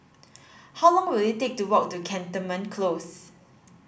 how long will it take to walk to Cantonment Close